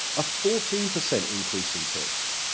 a fourteen percent increase in tips.